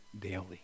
daily